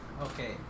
Okay